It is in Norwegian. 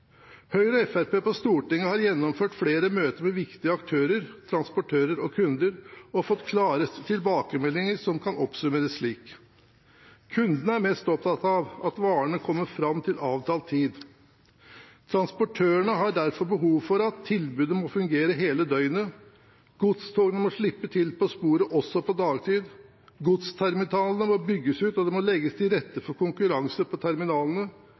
Høyre og Fremskrittspartiet på Stortinget har gjennomført flere møter med viktige aktører – transportører og kunder – og har fått klare tilbakemeldinger som kan oppsummeres slik: Kundene er mest opptatt av om varene kommer fram til avtalt tid. Transportørene har derfor behov for at tilbudet må fungere hele døgnet godstogene må slippe til på sporet også på dagtid godsterminalene må bygges ut, og det må legges til rette for konkurranse på terminalene